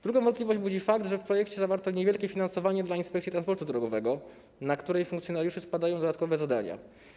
Drugą wątpliwość budzi fakt, że w projekcie zawarto niewielkie finansowanie dla Inspekcji Transportu Drogowego, na której funkcjonariuszy spadają dodatkowe zdania.